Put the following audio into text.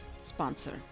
sponsor